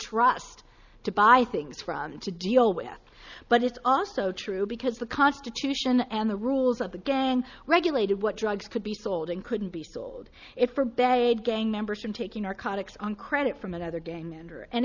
trust to buy things from and to deal with but it's also true because the constitution and the rules of the gang regulated what drugs could be sold and couldn't be sold it for bad gang members from taking our contacts on credit from another ga